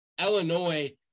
Illinois